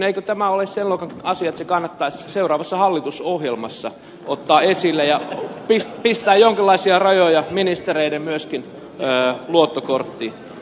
eikö tämä ole sen luokan asia että se kannattaisi seuraavassa hallitusohjelmassa ottaa esille ja pistää jonkinlaisia rajoja myöskin ministereiden luottokorttikuluihin